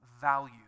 value